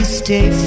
stay